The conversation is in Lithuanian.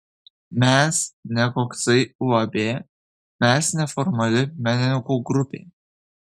mes ne koksai uab mes neformali menininkų grupė